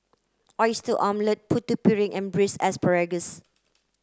oyster omelette Putu Piring and braise asparagus